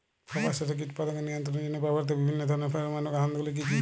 কাপাস চাষে কীটপতঙ্গ নিয়ন্ত্রণের জন্য ব্যবহৃত বিভিন্ন ধরণের ফেরোমোন ফাঁদ গুলি কী?